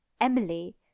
Emily